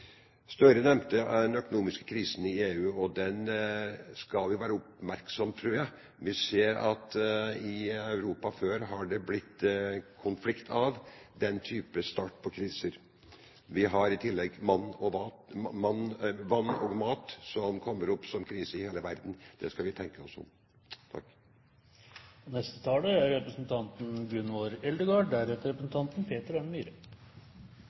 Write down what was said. Støre nevnte den økonomiske krisen i EU. Den skal vi være oppmerksom på, tror jeg. Vi vet at i Europa har den type kriser startet konflikt før. Vi har i tillegg vann og mat, som kommer opp som kriser i hele verden. Det skal vi tenke